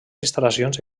instal·lacions